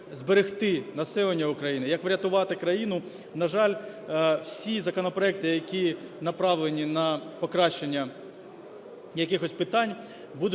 населення України, як врятувати країну, на жаль, всі законопроекти, які направлені на покращення якихось питань, будуть